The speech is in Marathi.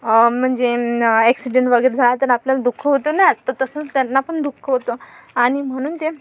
म्हणजे ॲक्सिडेंट वगैरे झाला तन आपल्याला दुःख होतो नं तर तसंच त्यांना पण दुःख होतं आणि म्हणून ते